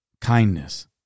Kindness